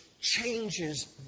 changes